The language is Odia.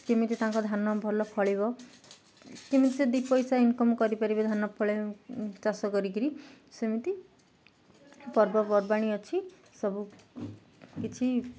କେମିତି ତାଙ୍କ ଧାନ ଭଲ ଫଳିବ କେମିତି ସେ ଦୁଇ ପଇସା ଇନକମ୍ କରିପାରିବେ ଧାନ ଫଳେ ଚାଷ କରିକିରି ସେମିତି ପର୍ବପର୍ବାଣି ଅଛି ସବୁ କିଛି